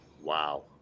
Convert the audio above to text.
Wow